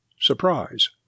surprise